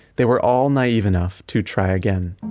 they were all naive enough to try again.